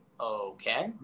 Okay